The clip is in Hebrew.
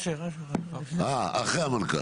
לפני?